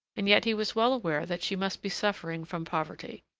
and yet he was well aware that she must be suffering from poverty.